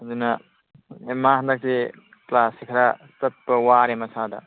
ꯑꯗꯨꯅ ꯃꯥ ꯍꯟꯗꯛꯁꯦ ꯀ꯭ꯂꯥꯁꯁꯦ ꯈꯔ ꯆꯠꯄ ꯋꯥꯔꯦ ꯃꯁꯥꯗ